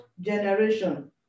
generation